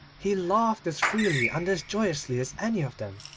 he laughed as freely and as joyously as any of them,